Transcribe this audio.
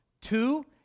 Two